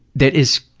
that is,